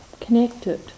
connected